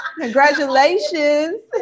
Congratulations